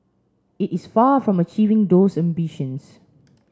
it is far from achieving those ambitions